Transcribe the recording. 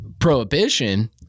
Prohibition